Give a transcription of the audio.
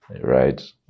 right